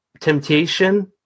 Temptation